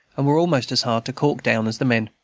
and were almost as hard to cork down as the men.